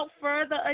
further